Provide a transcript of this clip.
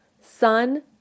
Sun